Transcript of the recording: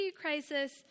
crisis